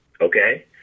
okay